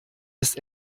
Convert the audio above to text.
ist